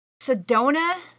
Sedona